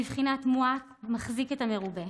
בבחינת מועט המחזיק את המרובה.